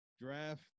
Draft